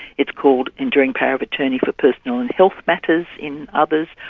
it's called enduring power of attorney for personal and health matters in others,